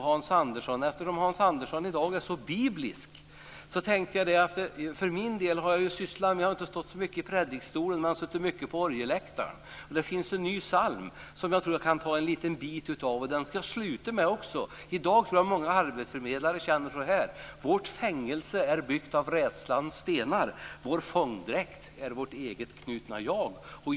Hans Andersson är så biblisk i dag. Jag har inte stått så mycket i predikstolen, jag har suttit mycket på orgelläktaren. Det finns en ny psalm som jag ska citera en liten del av, och jag ska sluta med den också. Jag tror att många arbetsförmedlare känner så här i dag: "Vårt fängelse är byggt av rädslans stenar. Vår fångdräkt är vårt eget knutna jag."